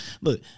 look